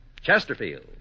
Chesterfield